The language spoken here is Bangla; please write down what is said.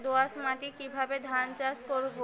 দোয়াস মাটি কিভাবে ধান চাষ করব?